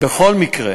בכל מקרה